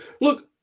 Look